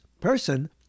person